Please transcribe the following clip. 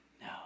No